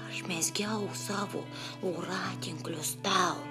aš mezgiau savo voratinklius tau